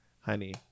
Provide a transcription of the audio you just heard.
honey